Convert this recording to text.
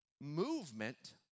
movement